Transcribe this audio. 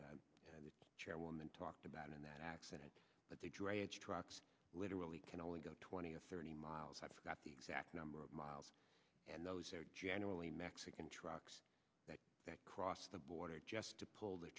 that the chairwoman talked about in that accident but the drainage trucks literally can only go twenty or thirty miles i forgot the exact number of miles and those are generally mexican trucks that cross the border just to pull the